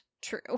true